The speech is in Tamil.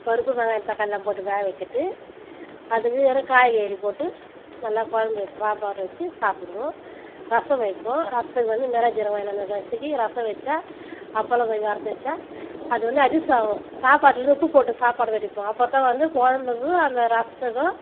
பருப்பு வெங்காயம் தாக்களிலாம் போட்டு வேக வெச்சுட்டு அதுக்கு அப்புறம் காய்கறி போட்டு நல்லா குழம்பு வெச்சி சாம்பார் வெச்சு சாப்பிடுவோம் ரசம் வைப்போம் ரசத்துக்கு வந்து மிளகு சீரகம் வாங்கின்னு வந்து நசுக்கி ரசம் வெச்சால் அப்பளம் கொஞ்சம் வறுத்து வெச்சால் அது வந்து அஜிஸ் ஆகும் சாப்பாட்டில் வந்து உப்பு போட்டு சாப்பாடு வடிப்போம் அப்போதான் வந்து குழம்புக்கு அந்த ரசத்துக்கும்